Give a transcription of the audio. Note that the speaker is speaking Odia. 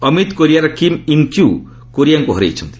ଅମିତ୍ କୋରିଆର କିମ୍ ଇନ୍କ୍ୟୁ କୋରିଆଙ୍କୁ ହରାଇଛନ୍ତି